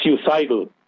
suicidal